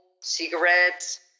cigarettes